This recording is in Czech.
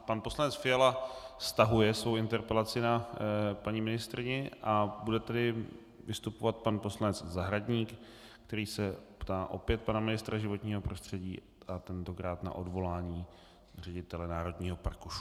Pan poslanec Fiala stahuje svou interpelaci na paní ministryni a bude tedy vystupovat pan poslanec Zahradník, který se ptá opět pana ministra životního prostředí, tentokrát na odvolání ředitele Národního parku Šumava.